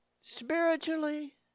spiritually